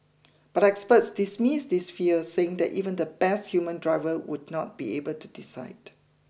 but experts dismiss this fear saying that even the best human driver would not be able to decide